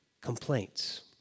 complaints